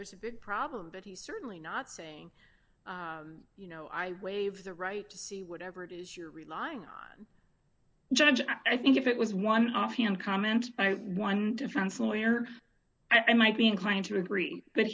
there's a big problem but he's certainly not saying you know i waive the right to see whatever it is you're relying on judge i think if it was one offhand comment one defense lawyer i might be inclined to agree but